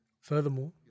Furthermore